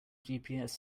gps